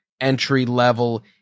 entry-level